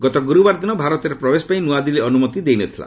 ଗତ ଗୁରୁବାର ଦିନ ଭାରତରେ ପ୍ରବେଶ ପାଇଁ ନୂଆଦିଲ୍ଲୀ ଅନୁମତି ଦେଇ ନ ଥିଲା